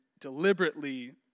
deliberately